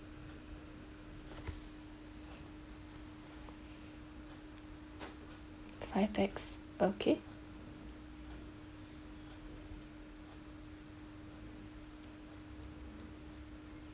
five pax okay